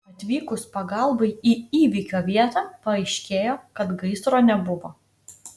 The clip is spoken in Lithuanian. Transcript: atvykus pagalbai į įvykio vietą paaiškėjo kad gaisro nebuvo